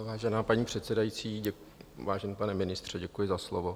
Vážená paní předsedající, vážený pane ministře, děkuji za slovo.